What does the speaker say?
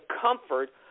comfort